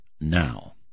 now